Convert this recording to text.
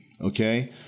okay